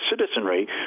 citizenry